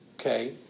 Okay